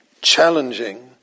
Challenging